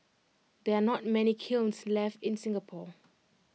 there are not many kilns left in Singapore